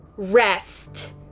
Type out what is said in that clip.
Rest